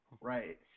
Right